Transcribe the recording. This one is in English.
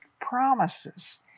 promises